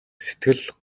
сэтгэл